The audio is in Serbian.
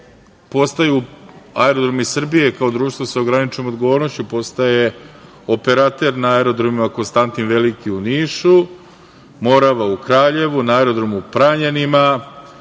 postaju „Aerodromi Srbije“ kao društvo sa ograničenom odgovornošću postaje operater na aerodromima „Konstantin Veliki“ u Nišu, „Morava“ u Kraljevu, na aerodromu u Pranjanima,